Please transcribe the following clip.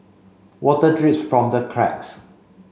water drips from the cracks